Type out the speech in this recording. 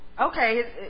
Okay